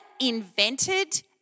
invented